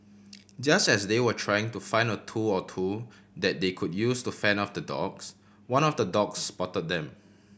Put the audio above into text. just as they were trying to find a tool or two that they could use to fend off the dogs one of the dogs spot them